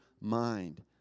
mind